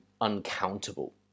uncountable